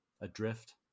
Adrift